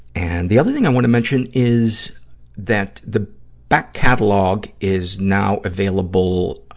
and, the other thing i wanna mention, is that the back catalogue is now available, ah,